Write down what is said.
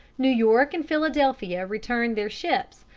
new york and philadelphia returned their ships,